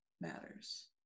matters